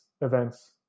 events